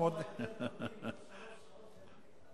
המעורבות שלי נובעת לא מן הדיבורים,